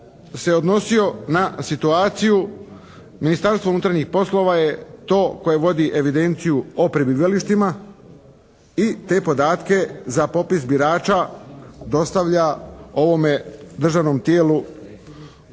se odnosio na situaciju, Ministarstvo unutarnjih poslova je to koje vodi evidenciju o prebivalištima i te podatke za popis birača dostavlja ovome državnom tijelu